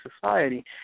society